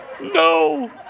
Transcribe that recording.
No